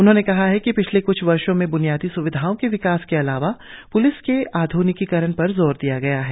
उन्होंने कहा कि पिछले क्छ वर्षो से ब्नियादी स्विधाओं के विकास के अलावा प्लिस के आध्निकीकरण पर जोर दिया गया है